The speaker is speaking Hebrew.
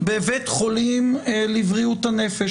בבית חולים לבריאות הנפש,